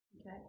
Okay